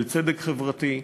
של צדק חברתי,